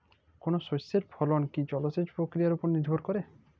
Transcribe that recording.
কোনো শস্যের ফলন কি জলসেচ প্রক্রিয়ার ওপর নির্ভর করে?